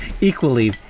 equally